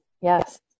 yes